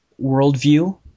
worldview